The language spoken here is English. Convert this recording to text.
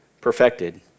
perfected